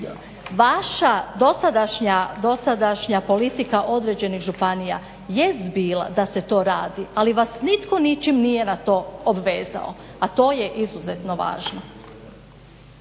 Vaša dosadašnja politika određenih županija jest bila da se to radi, ali vas nitko ničim nije na to obvezao, a to je izuzetno važno.